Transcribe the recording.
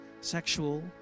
sexual